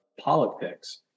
politics